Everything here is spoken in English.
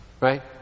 Right